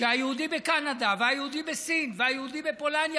שהיהודי בקנדה והיהודי בסין והיהודי בפולניה